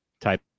type